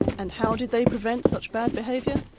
and how did they prevent such bad behaviour?